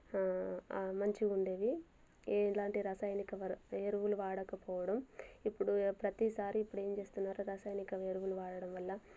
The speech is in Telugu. మంచిగా ఉండేవి ఎలాంటి రసాయనిక వ ఎరువులు వాడకపోవడం ఇప్పుడు ప్రతీసారి ఇప్పుడేం చేస్తున్నారు రసాయనిక ఎరువులు వాడడం వల్ల